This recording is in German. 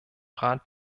rat